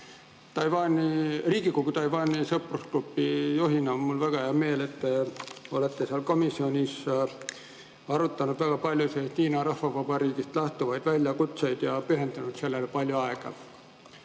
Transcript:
Riigikogu Taiwani sõprusgrupi juhina on mul väga hea meel, et te olete komisjonis arutanud väga paljusid Hiina Rahvavabariigist lähtuvaid väljakutseid ja pühendanud sellele palju aega.